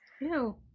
Ew